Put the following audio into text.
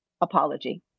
apology